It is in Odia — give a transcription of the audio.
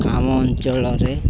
ଆମ ଅଞ୍ଚଳରେ